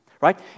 Right